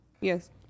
Yes